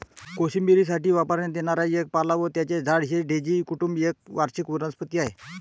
कोशिंबिरीसाठी वापरण्यात येणारा एक पाला व त्याचे झाड हे डेझी कुटुंब एक वार्षिक वनस्पती आहे